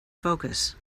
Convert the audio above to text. focus